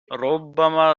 ربما